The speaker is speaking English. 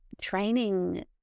training